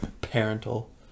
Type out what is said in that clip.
parental